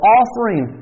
offering